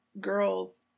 girls